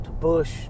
Bush